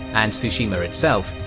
and tsushima itself,